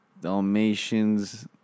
Dalmatians